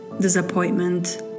disappointment